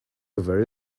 river